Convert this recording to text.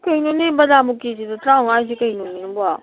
ꯀꯩꯅꯣꯅꯦ ꯕꯗꯥꯝꯕꯨ ꯀꯦ ꯖꯤꯗ ꯇꯔꯥꯡꯉꯥ ꯍꯥꯏꯁꯤ ꯀꯩꯅꯣꯃꯤ ꯅꯪꯕꯣ